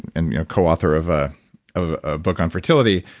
and coauthor of ah of a book on fertility,